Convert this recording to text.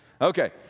Okay